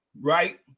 right